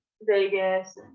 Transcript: Vegas